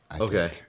Okay